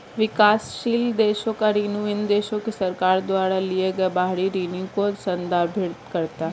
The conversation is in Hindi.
विकासशील देशों का ऋण इन देशों की सरकार द्वारा लिए गए बाहरी ऋण को संदर्भित करता है